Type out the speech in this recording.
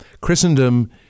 Christendom